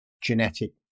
genetic